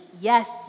Yes